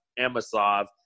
Amasov